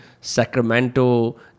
Sacramento